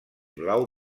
blau